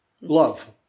Love